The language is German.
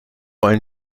ein